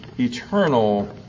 Eternal